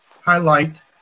highlight